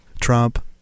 Trump